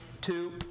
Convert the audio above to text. two